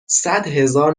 صدهزار